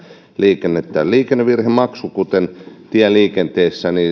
liikennettä liikennevirhemaksu kuten tieliikenteessä